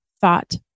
thought